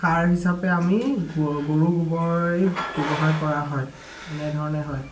সাৰ হিচাপে আমি গ গৰু গোবৰেই ব্যৱহাৰ কৰা হয় এনেধৰণে হয়